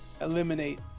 eliminate